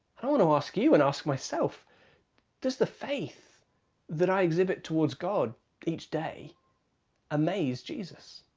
i want to ask you and ask myself does the faith that i exhibit towards god each day amaze jesus?